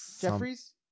Jeffries